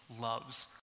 loves